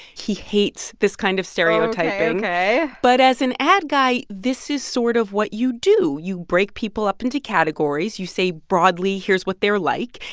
he hates this kind of stereotyping ok, ok but as an ad guy, this is sort of what you do. you break people up into categories, you say broadly here's what they're like,